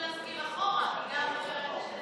להחזיר אחורה, גם חבר הכנסת